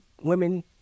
women